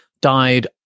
died